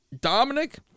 Dominic